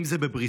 אם זה בבריסל,